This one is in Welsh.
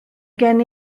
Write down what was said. gen